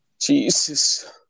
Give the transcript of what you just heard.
jesus